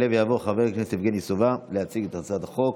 יעלה ויבוא חבר הכנסת יבגני סובה להציג את הצעת החוק.